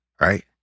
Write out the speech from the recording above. Right